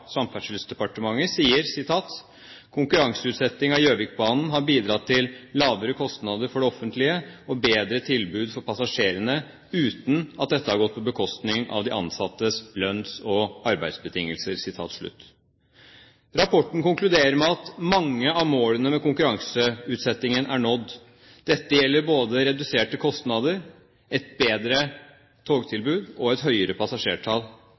Samferdselsdepartementet, er: «Konkurranseutsettingen av Gjøvikbanen har bidratt til lavere kostnader for det offentlige og bedre tilbud for passasjerene, uten at dette har gått på bekostning av de ansattes lønns- og arbeidsbetingelser.» Rapporten konkluderer med at mange av målene med konkurranseutsettingen er nådd. Dette gjelder både reduserte kostnader, et bedre togtilbud og et høyere passasjertall.